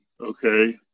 okay